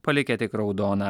palikę tik raudoną